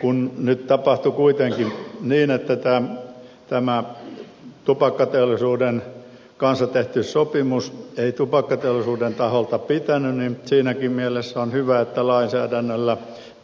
kun nyt tapahtui kuitenkin niin että tämä tupakkateollisuuden kanssa tehty sopimus ei tupakkateollisuuden taholta pitänyt niin siinäkin mielessä on hyvä että lainsäädännöllä